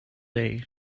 day